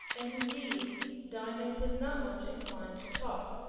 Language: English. and indeed diamond was not much inclined to talk,